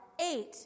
eight